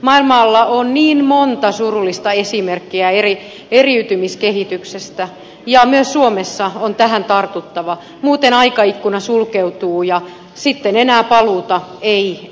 maailmalla on niin monta surullista esimerkkiä eriytymiskehityksestä ja myös suomessa on tähän tartuttava muuten aikaikkuna sulkeutuu ja sitten enää paluuta ei vanhaan ole